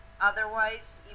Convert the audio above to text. otherwise